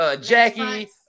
Jackie